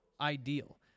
ideal